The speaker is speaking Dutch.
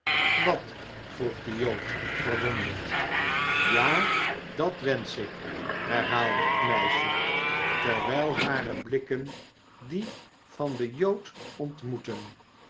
wat vroeg de jood verwonderd ja dat wensch ik herhaalde het meisje terwijl hare blikken die van den jood ontmoetten